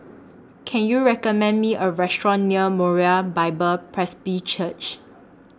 Can YOU recommend Me A Restaurant near Moriah Bible Presby Church